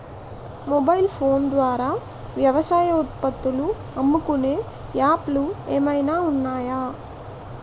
Mobile phone ద్వారా వ్యవసాయ ఉత్పత్తులు అమ్ముకునే యాప్ లు ఏమైనా ఉన్నాయా?